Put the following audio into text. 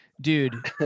dude